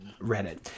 reddit